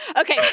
Okay